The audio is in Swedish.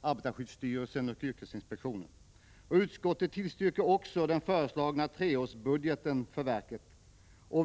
arbetarskyddsstyrelsen och yrkesinspektionen. Utskottet tillstyrker också den föreslagna treårsbudgeten för verket.